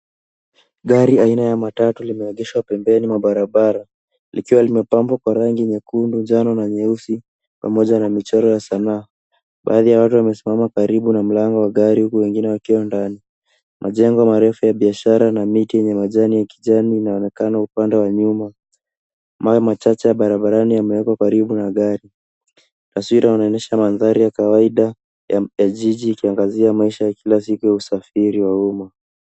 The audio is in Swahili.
Gari aina ya matatu limeegeshwa pembeni mwa barabara likiwa limepambwa kwa rangi nyekundu, njano na nyeusi pamoja na michoro ya sanaa. Baadhi ya watu wamesimama karibu na mlango wa gari huku wengine wakiwa ndani. Majengo marefu ya biashara na miti ya majani ya kijani inaonekana upande wa nyuma. Mawe machache ya barabarani yamewekwa karibu na gari. Taswira inaonyesha mandhari ya kawaida ya jiji ikiangazia maisha ya kila siku ya usafiri wa umma.